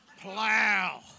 Plow